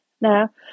now